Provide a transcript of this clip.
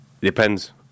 depends